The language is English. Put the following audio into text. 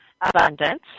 abundance